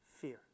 fear